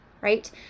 Right